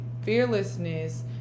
fearlessness